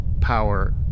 power